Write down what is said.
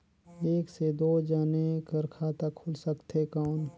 एक से दो जने कर खाता खुल सकथे कौन?